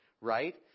right